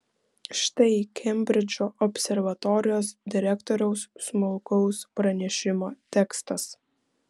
štai kembridžo observatorijos direktoriaus smulkaus pranešimo tekstas